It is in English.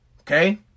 okay